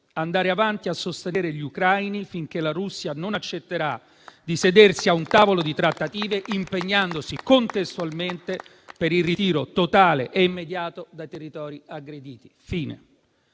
andare avanti a sostenere gli ucraini finché la Russia non accetterà di sedersi a un tavolo di trattative impegnandosi contestualmente per il ritiro totale e immediato dai territori aggrediti.